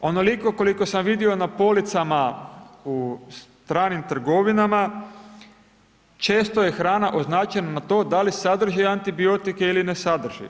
Također onoliko koliko sam vidio na policama u stranim trgovinama često je hrana označena na to da li sadrži antibiotike ili ne sadrži.